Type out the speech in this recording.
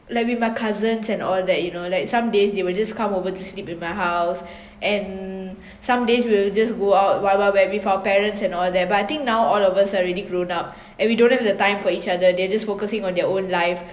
like be my cousins and all that you know like some days they will just come over to sleep in my house and some days we'll just go out wild wild wet with our parents and all that but I think now all of us are already grown up and we don't have the time for each other they're just focusing on their own life